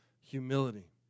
humility